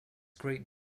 great